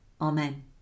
Amen